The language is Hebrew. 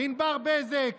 ענבר בזק,